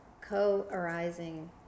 co-arising